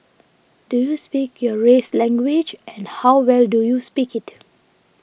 do you speak your race's language and how well do you speak it